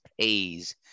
pays